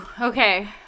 Okay